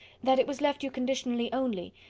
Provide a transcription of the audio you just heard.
that it was left you conditionally only,